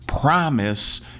Promise